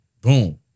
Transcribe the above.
boom